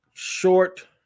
Short